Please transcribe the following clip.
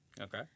Okay